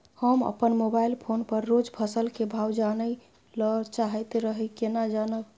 हम अपन mobile phone पर रोज फसल के भाव जानय ल चाहैत रही केना जानब?